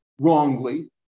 wrongly